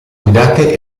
guidate